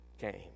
came